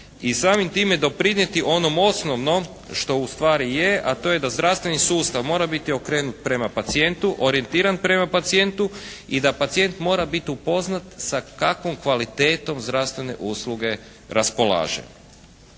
samim time doprinijeti onom osnovnom što ustvari je a to je da zdravstveni sustav mora biti okrenut prema pacijentu, orijentiran prema pacijentu i da pacijent mora biti upoznat sa kakvom kvalitetom zdravstvene usluge raspolaže.